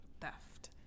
theft